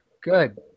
good